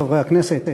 חברי הכנסת,